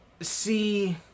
see